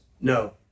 no